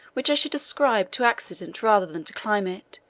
which i should ascribe to accident rather than to climate,